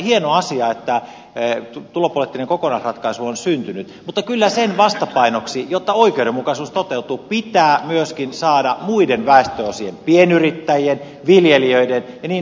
hieno asia että tulopoliittinen kokonaisratkaisu on syntynyt mutta kyllä sen vastapainoksi jotta oikeudenmukaisuus toteutuu pitää myöskin saada muiden väestönosien pienyrittä jien viljelijöiden ja niin edelleen